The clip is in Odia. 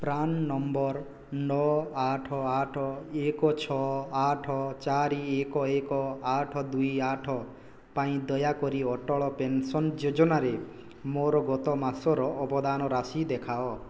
ପ୍ରାନ୍ ନମ୍ବର ନଅ ଆଠ ଆଠ ଏକ ଛଅ ଆଠ ଚାରି ଏକ ଏକ ଆଠ ଦୁଇ ଆଠ ପାଇଁ ଦୟାକରି ଅଟଳ ପେନସନ୍ ଯୋଜନାରେ ମୋର ଗତ ମାସର ଅବଦାନ ରାଶି ଦେଖାଅ